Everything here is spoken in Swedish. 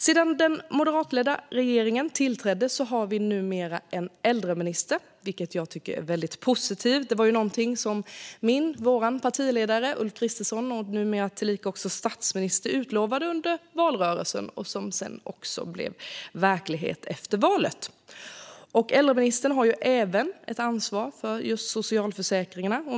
Sedan den moderatledda regeringen tillträdde har vi en äldreminister, vilket jag tycker är väldigt positivt. Det var något som min partiledare och numera tillika vår statsminister utlovade under valrörelsen och som blev verklighet efter valet. Äldreministern har även ansvar för socialförsäkringarna.